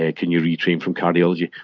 ah can you retrain from cardiology,